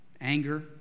anger